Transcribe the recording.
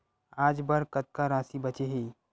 आज बर कतका राशि बचे हे?